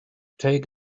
take